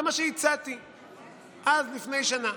זה מה שהצעתי אז, לפני שנה.